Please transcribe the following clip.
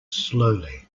slowly